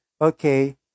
okay